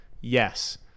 yes